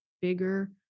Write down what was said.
bigger